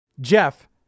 Jeff